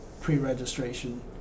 pre-registration